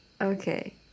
Okay